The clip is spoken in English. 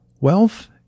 Wealth